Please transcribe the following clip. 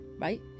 right